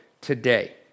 today